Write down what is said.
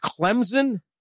Clemson